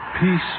Peace